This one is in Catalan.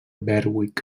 berwick